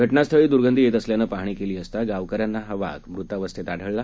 घटनास्थळी दुर्गंधी येत असल्यानं पाहणी केली असता गावकऱ्यांना हा वाघ मृतावस्थेत आढळला